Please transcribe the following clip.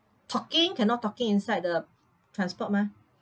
talking cannot talking inside the transport mah